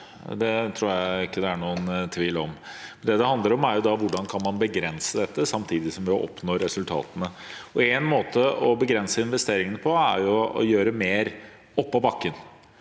Det tror jeg ikke det er noen tvil om. Det det handler om, er hvordan man kan begrense dette samtidig som man oppnår resultatene. Én måte å begrense investeringene på er å gjøre mer oppå bakken,